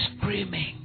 screaming